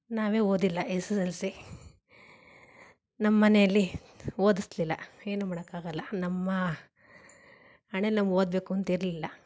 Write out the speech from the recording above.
ನಾವೇ ಓದಿಲ್ಲ S S L C ನಮ್ಮ ಮನೇಲಿ ಓದಿಸ್ಲಿಲ್ಲ ಏನೂ ಮಾಡೋಕ್ಕಾಗಲ್ಲ ನಮ್ಮ ಹಣೆಯಲ್ ನಾವು ಓದಬೇಕು ಅಂತಿರಲಿಲ್ಲ